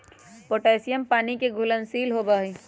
potassium पानी के घुलनशील होबा हई